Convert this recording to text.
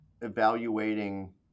evaluating